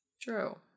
true